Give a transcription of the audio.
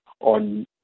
on